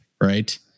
right